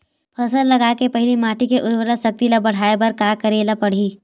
फसल लगाय के पहिली माटी के उरवरा शक्ति ल बढ़ाय बर का करेला पढ़ही?